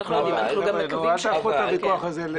אל תהפכו את הוויכוח הזה לבדיחה.